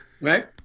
right